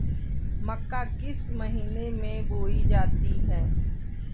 मक्का किस महीने में बोई जाती है?